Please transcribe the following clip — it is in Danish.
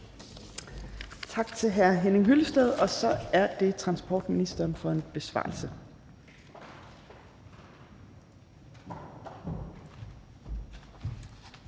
Tak til hr. Henning Hyllested. Så er det transportministeren for en besvarelse.